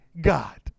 God